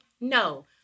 No